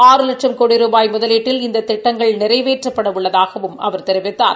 ஆறு லட்சம் கோடி ருபாய் முதலீட்டில் இந்த தீட்டங்கள் நிறைவேற்றப்பட உள்ளதாகவும் அவர் கூறினார்